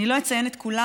אני לא אציין את כולם.